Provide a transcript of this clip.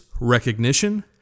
recognition